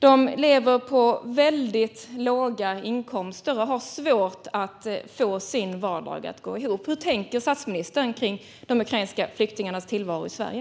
De lever på väldigt låga inkomster och har svårt att få sin vardag att gå ihop. Hur tänker statsministern kring de ukrainska flyktingarnas tillvaro i Sverige?